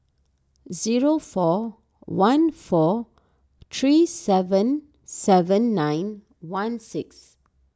zero four one four three seven seven nine one six